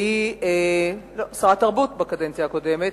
לא, שרת תרבות בקדנציה הקודמת.